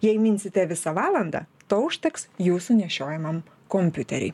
jei minsite visą valandą to užteks jūsų nešiojamam kompiuteriui